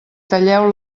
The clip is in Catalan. talleu